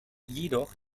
jedoch